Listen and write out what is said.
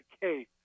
case